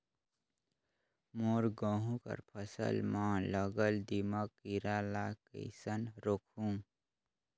मोर गहूं कर फसल म लगल दीमक कीरा ला कइसन रोकहू?